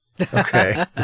Okay